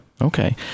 Okay